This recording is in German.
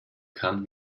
kann